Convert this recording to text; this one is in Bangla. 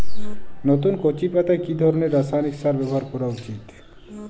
নতুন কচি পাতায় কি ধরণের রাসায়নিক সার ব্যবহার করা উচিৎ?